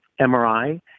MRI